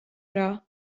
bra